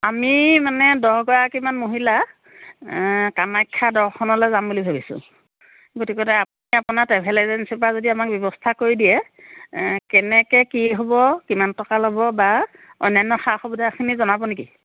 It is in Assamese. আমি মানে দহ গৰাকীমান মহিলা কামাখ্যা দৰ্শনলৈ যাম বুলি ভাবিছো গতিকে আমি আপোনাৰ ট্ৰেভেল এজেন্সিৰ পৰা যদি আমাক ব্যৱস্থা কৰি দিয়ে কেনেকৈ কি হ'ব কিমান টকা ল'ব বা অন্যান্য সা সুবিধা আছে নে জনাব নেকি